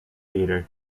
eater